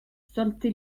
zortzi